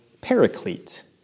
paraclete